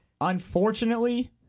Unfortunately